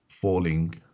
falling